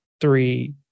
three